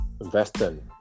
investing